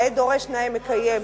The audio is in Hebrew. נאה דורש נאה מקיים.